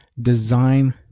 design